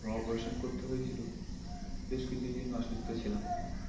operation করতে হয়েছিলো বেশ কিছুদিন অসুস্থ ছিলাম